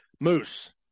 moose